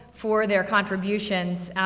for their contributions,